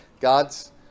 God's